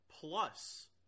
plus